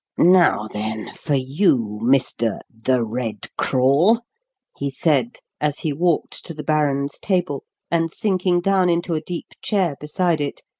now then for you, mr. the red crawl he said, as he walked to the baron's table, and, sinking down into a deep chair beside it,